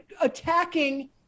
attacking